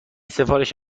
سفارش